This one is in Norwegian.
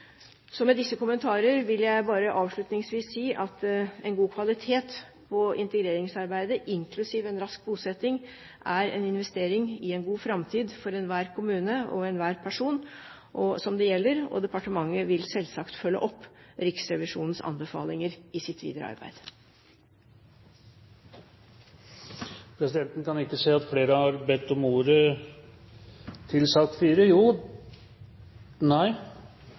Med disse kommentarene vil jeg avslutningsvis bare si at en god kvalitet på integreringsarbeidet, inklusiv en rask bosetting, er en investering i en god framtid for enhver kommune og enhver person det gjelder. Departementet vil selvsagt følge opp Riksrevisjonens anbefalinger i sitt videre arbeid. Flere har ikke bedt om ordet til sak